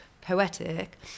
poetic